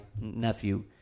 nephew